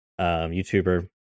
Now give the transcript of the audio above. YouTuber